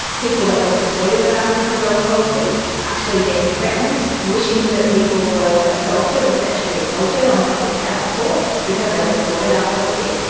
people who were supportive of our sniffer dog policy actually being threatened, wishing that people were assaulted or sexually assaulted on public transport because they supported our policy.